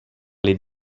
les